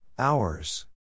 Hours